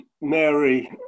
mary